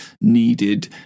needed